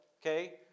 Okay